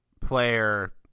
player –